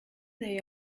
they